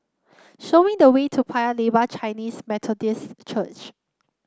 show me the way to Paya Lebar Chinese Methodist Church